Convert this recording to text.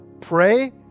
Pray